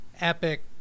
epic